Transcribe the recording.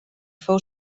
fou